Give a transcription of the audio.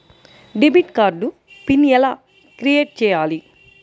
Debit card PIN ఎలా create చెయ్యాలి?